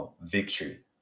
victory